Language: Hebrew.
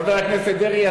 חבר הכנסת דרעי,